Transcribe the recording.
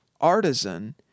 artisan